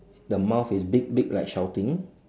the mouth is big big like shouting